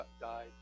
died